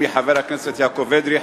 מכובדי השרים,